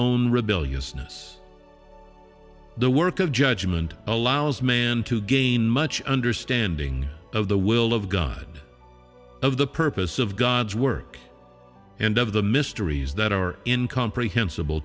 own rebellious ness the work of judgment allows man to gain much understanding of the will of god of the purpose of god's work and of the mysteries that are in comprehensible